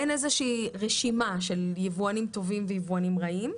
אין איזו רשימה של יבואנים טובים ויבואנים רעים,